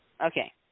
Okay